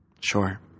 Sure